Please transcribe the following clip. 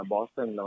Boston